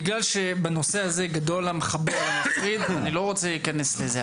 בגלל שבנושא זה גדול המחבר על המפריד אני לא רוצה להכנס לזה,